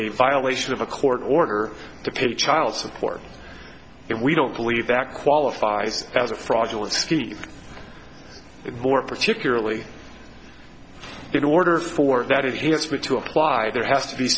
a violation of a court order to pay child support and we don't believe that qualifies as a fraudulent scheme and more particularly in order for that here is for to apply there has to be